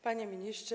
Panie Ministrze!